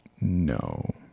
no